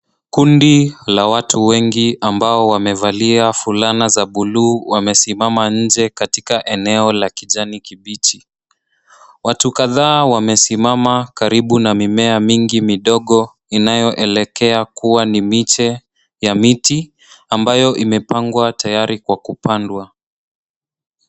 Kundi la watu wengi ambao wamevalia fulana za bluu wamesimama nje katika eneo la kijani kibichi. Watu kadhaa wamesimama karibu na mimea mingi midogo inayoelekea kuwa ni miche ya miti ambayo imepangwa tayari kwa kupandwa.